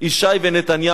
ישי ונתניהו,